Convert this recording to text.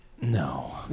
No